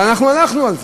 אבל אנחנו הלכנו על זה.